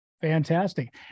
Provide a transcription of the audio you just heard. Fantastic